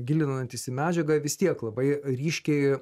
gilinantis į medžiagą vis tiek labai ryškiai